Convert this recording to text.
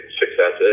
success